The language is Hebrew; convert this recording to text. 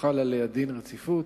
הוחל עליה דין רציפות,